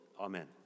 Amen